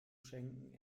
schenken